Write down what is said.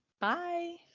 Bye